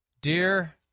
Dear